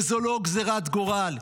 וזו לא גזירת גורל.